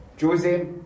Jose